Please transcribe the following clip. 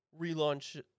relaunch